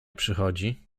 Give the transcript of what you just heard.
przychodzi